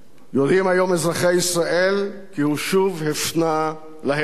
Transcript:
יודעים היום אזרחי ישראל כי הוא שוב הפנה להם עורף.